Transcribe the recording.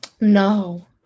No